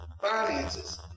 finances